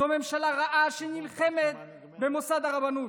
זו ממשלה רעה, שנלחמת במוסד הרבנות,